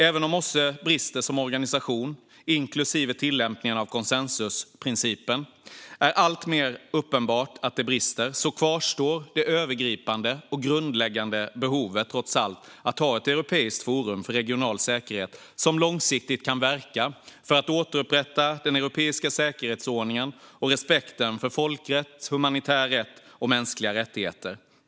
Även om OSSE:s brister som organisation, inklusive tillämpningen av konsensusprincipen, är alltmer uppenbara kvarstår det övergripande och grundläggande behovet av att trots allt ha ett europeiskt forum för regional säkerhet som långsiktigt kan verka för att återupprätta den europeiska säkerhetsordningen och respekten för folkrätt, humanitär rätt och mänskliga rättigheter.